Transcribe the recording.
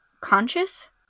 conscious